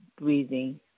breathing